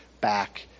back